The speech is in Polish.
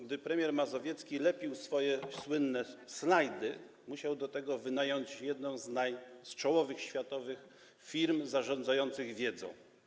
Gdy premier Morawiecki lepił swoje słynne slajdy, musiał do tego wynająć jedną z czołowych światowych firm zarządzających wiedzą.